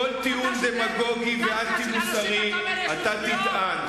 כל טיעון דמגוגי ואנטי-מוסרי אתה תטען,